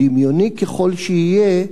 דמיוני ככל שיהיה,